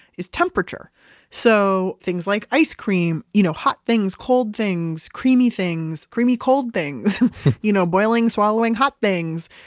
is temperature so things like ice cream, you know hot things, cold things, creamy things, creamy cold things you know boiling, swallowing hot things.